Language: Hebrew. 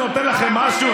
שזה נותן לכם משהו,